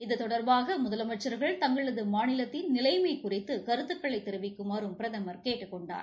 இது தொடர்பாக முதலமைச்ச்கள் தங்களது மாநிலத்தின் நிலைமை குறித்து கருத்துக்களைத் தெரிவிக்குமாறும் பிரதமர் கேட்டுக் கொண்டார்